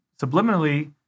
subliminally